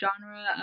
genre